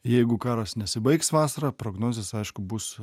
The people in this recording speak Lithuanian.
jeigu karas nesibaigs vasarą prognozės aišku bus